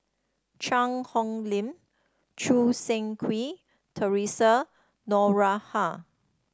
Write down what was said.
Cheang Hong Lim Choo Seng Quee Theresa Noronha